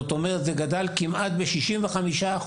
זה גדל כמעט ב-65%,